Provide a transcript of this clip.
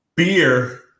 Beer